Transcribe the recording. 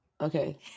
Okay